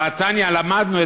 "והתניא" למדנו,